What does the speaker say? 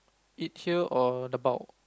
eat here or dabao